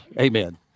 amen